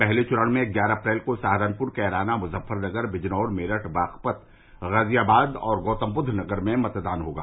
पहले चरण में ग्यारह अप्रैल को सहारनपुर कैराना मुजफ्फरनगर बिजनौर मेरठ बागपत गाजियाबाद और गौतमबुद्दनगर में मतदान होगा